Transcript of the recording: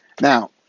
Now